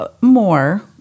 more